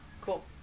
Cool